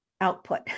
output